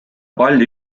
palju